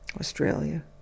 Australia